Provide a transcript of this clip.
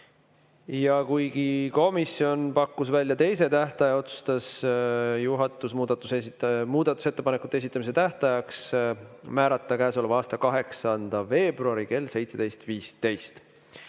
Ja kuigi komisjon pakkus välja teise tähtaja, otsustas juhatus muudatusettepanekute esitamise tähtajaks määrata käesoleva aasta 8. veebruari kell